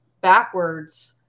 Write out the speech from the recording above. backwards